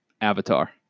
Avatar